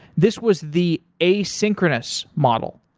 this was the asynchronous model.